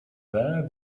there